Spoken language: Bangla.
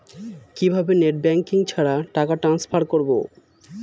কিভাবে নেট ব্যাংকিং ছাড়া টাকা টান্সফার করব?